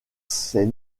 ses